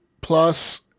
Plus